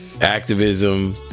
Activism